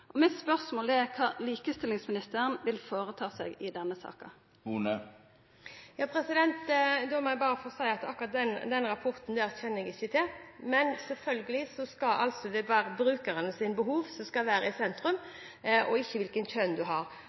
Spørsmålet mitt er kva likestillingsministeren vil gjere i denne saka. Da må jeg bare få si at akkurat den rapporten kjenner jeg ikke til, men selvfølgelig er det brukernes behov som skal være i sentrum, ikke hvilket kjønn en har.